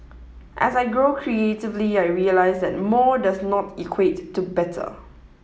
as I grow creatively I realise that more does not equate to better